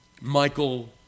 Michael